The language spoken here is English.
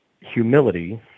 humility